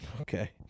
Okay